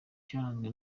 cyaranzwe